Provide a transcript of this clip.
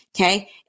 Okay